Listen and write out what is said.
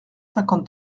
cinquante